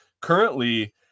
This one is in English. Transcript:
currently